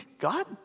God